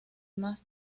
más